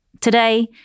Today